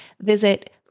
Visit